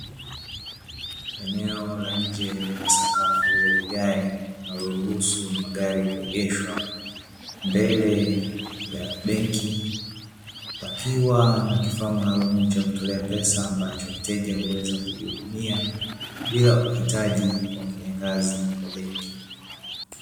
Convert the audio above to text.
Eneo la nje lenye sakafu ya vigae linaloruhusu magari kuegeshwa mbele ya benki, pakiwa na kifaa maalumu cha kutolea pesa ambacho mteja huwezi kujihudumia bila kuhitaji wafanyakazi wa benki.